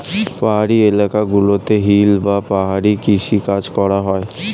পাহাড়ি এলাকা গুলোতে হিল বা পাহাড়ি কৃষি কাজ করা হয়